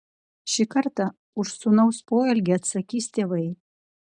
šį kartą už sūnaus poelgį atsakys tėvai